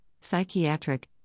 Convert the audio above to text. psychiatric